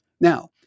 Now